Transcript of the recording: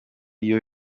iyo